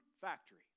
factory